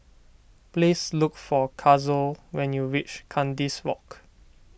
please look for Kazuo when you reach Kandis Walk